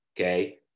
okay